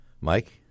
Mike